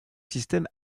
systèmes